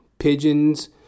pigeons